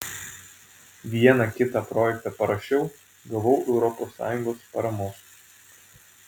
vieną kitą projektą parašiau gavau europos sąjungos paramos